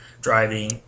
driving